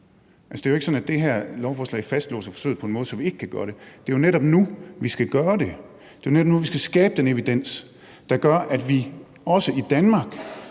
det er jo ikke sådan, at det her lovforslag fastlåser forsøget på en måde, så vi ikke kan gøre det. Det er jo netop nu, vi skal gøre det. Det er netop nu, vi skal skabe den evidens, der gør, at vi også i Danmark